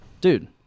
dude